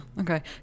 okay